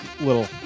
little